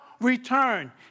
return